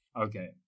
Okay